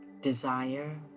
Desire